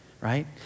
right